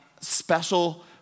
special